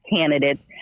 candidates